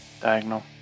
Diagonal